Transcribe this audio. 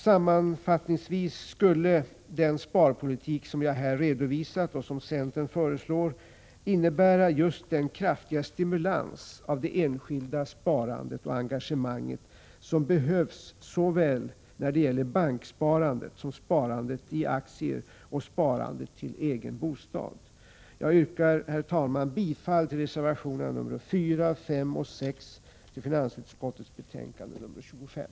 Sammanfattningsvis skulle den sparpolitik som jag här har redovisat och som centern föreslår innebära just den kraftiga stimulans av det enskilda sparandet och engagemanget som behövs när det gäller banksparandet, sparandet i aktier och sparandet till egen bostad. Herr talman! Jag yrkar bifall till reservationerna 4, 5 och 6 i finansutskottets betänkande 25.